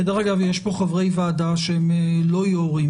דרך אגב יש פה חברי ועדה שהם לא יושבי